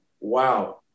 wow